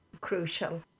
crucial